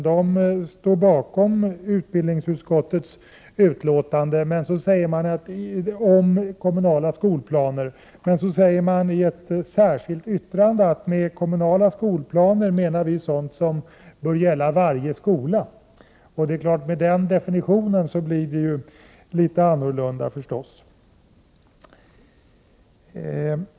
Partiets respresentant i utskottet står bakom vad utbildningsutskottet skriver om kommunala skolplaner men säger i ett särskilt yttrande att med kommunala skolplaner menar miljöpartiet sådant som bör gälla varje skola. Med den definitionen blir det litet annorlunda, förstås.